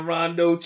Rondo